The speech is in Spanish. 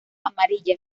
amarilla